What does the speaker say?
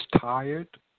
tired